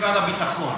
למשרד הביטחון.